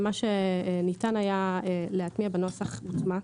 ומה שניתן היה להטמיע בנוסח הוטמע.